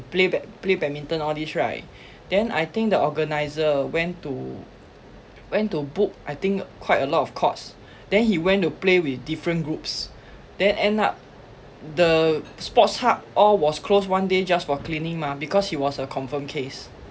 play bad~ play badminton all these right then I think the organiser went to went to book I think quite a lot of courts then he went to play with different groups then end up the sports hub all was closed one day just for cleaning mah because he was a confirmed case